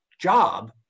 job